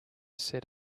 set